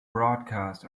broadcast